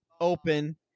Open